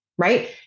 right